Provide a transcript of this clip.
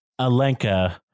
Alenka